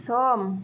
सम